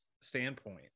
standpoint